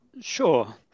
Sure